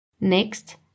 Next